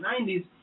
90s